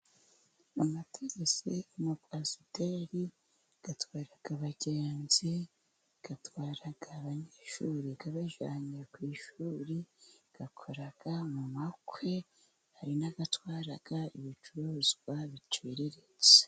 Amatagisi, a,akwasiteri, atwara abagenzi, atwara abanyeshuri abajyanye ku ishuri, akora mu makwe, hari n'atwara ibicuruzwa biciriritse.